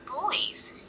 bullies